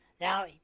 Now